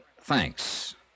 thanks